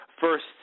first